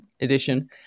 edition